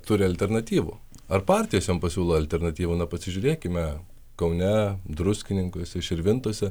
turi alternatyvų ar partijos jom pasiūlo alternatyvą na pasižiūrėkime kaune druskininkuose širvintose